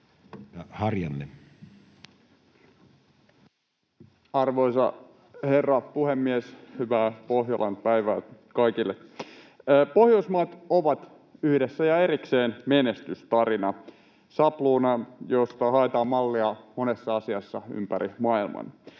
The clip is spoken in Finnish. Content: Arvoisa herra puhemies! Hyvää Pohjolan päivää kaikille! Pohjoismaat ovat yhdessä ja erikseen menestystarina — sapluuna, josta haetaan mallia monessa asiassa ympäri maailman.